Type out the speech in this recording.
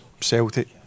Celtic